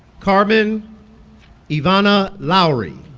carmen ivana lowery